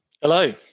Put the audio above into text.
Hello